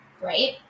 right